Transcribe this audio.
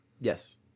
Yes